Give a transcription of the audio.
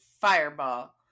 fireball